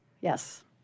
yes